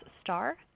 star